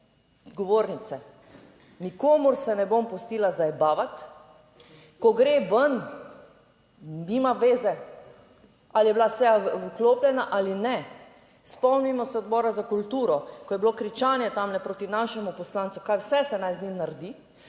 govornice, nikomur se ne bom pustila zajebavati, ko gre ven, nima veze ali je bila seja vklopljena ali ne, spomnimo se Odbora za kulturo, ko je bilo kričanje tamle proti našemu poslancu kaj vse se naj z njim naredi.